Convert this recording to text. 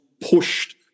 pushed